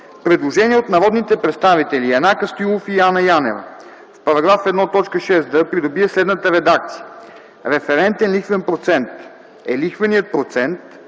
Предложение от народните представители Янаки Стоилов и Анна Янева. Параграф 1, т. 6 да придобие следната редакция: „Референтен лихвен процент е лихвеният процент,